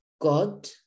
God